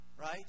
right